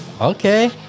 Okay